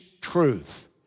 truth